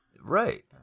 Right